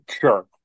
sure